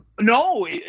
No